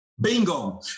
Bingo